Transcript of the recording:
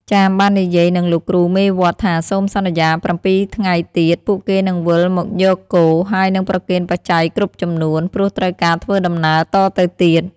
ចាមបាននិយាយនឹងលោកគ្រូមេវត្តថាសូមសន្យា ៧ ថ្ងៃទៀត ពួកគេនឹងវិលមកយកគោ ហើយនឹងប្រគេនបច្ច័យគ្រប់ចំនួន ព្រោះត្រូវការធ្វើដំណើរតទៅទៀត។